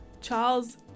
Charles